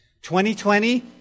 2020